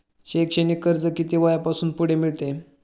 शैक्षणिक कर्ज किती वयापासून पुढे मिळते?